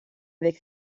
avec